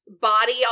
body